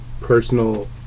personal